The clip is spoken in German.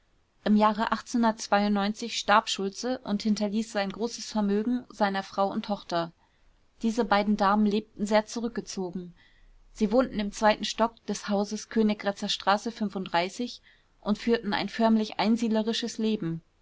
im jahre starb schultze und hinterließ sein großes vermögen seiner frau und tochter diese beiden damen lebten sehr zurückgezogen sie wohnten im zweiten stock des hauses königgrätzer straße und führten ein förmlich einsiedlerisches leben